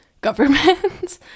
government